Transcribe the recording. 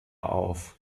auf